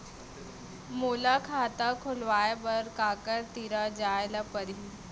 मोला खाता खोलवाय बर काखर तिरा जाय ल परही?